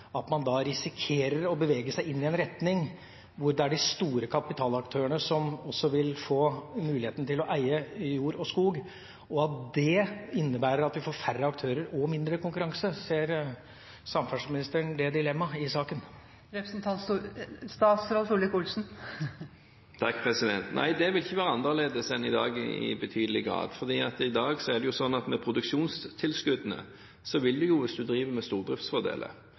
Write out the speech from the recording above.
risikerer å bevege seg i en retning hvor det er de store kapitalaktørene som også vil få muligheten til å eie jord og skog, og at det innebærer at vi får færre aktører og mindre konkurranse? Ser samferdselsministeren det dilemmaet i saken? Nei, det vil ikke være annerledes enn i dag i betydelig grad. For i dag er det jo sånn at hvis man driver med stordriftsfordeler, vil man jo miste mye av tilskuddene, fordi de er strukturert sånn at man får mer støtte per ku hvis